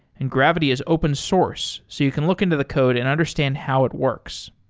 and gravity is open source so you can look into the code and understand how it works.